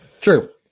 true